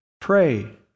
pray